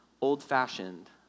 old-fashioned